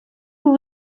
був